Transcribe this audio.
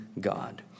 God